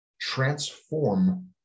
transform